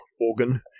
organ